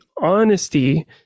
honesty